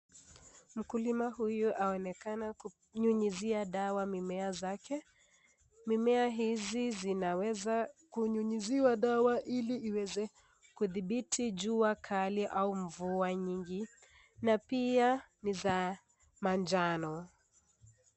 Mkulima huyu aonekana kunynyuzia dawa mimea zake, mimea hizi zinaweza kunyunyuziwa dawa ili iweze kudhibiti jua kali au mvua nyingi, na pia ni za manjano.